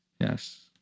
Yes